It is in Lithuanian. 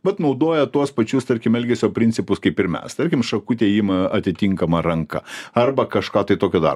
bet naudoja tuos pačius tarkim elgesio principus kaip ir mes tarkim šakutę ima atitinkama ranka arba kažką tai tokio dar